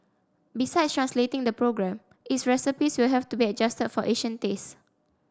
besides translating the program its recipes will have to be adjusted for Asian tastes